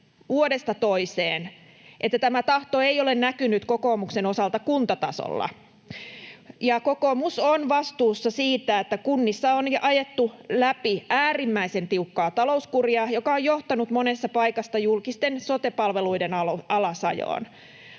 että tämä tahto ei ole näkynyt kokoomuksen osalta kuntatasolla. Ja kokoomus on vastuussa siitä, että kunnissa on ajettu läpi äärimmäisen tiukkaa talouskuria, joka on johtanut monessa paikassa julkisten sote-palveluiden alasajoon.